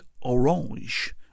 Orange